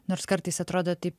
nors kartais atrodo taip